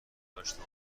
داشته